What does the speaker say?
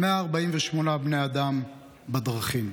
148 בני אדם בדרכים,